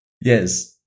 Yes